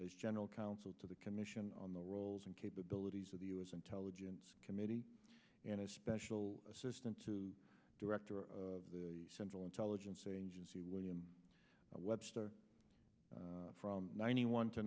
as general counsel to the commission on the roles and capabilities of the us intelligence committee and a special assistant to director of the central intelligence agency william webster from ninety one to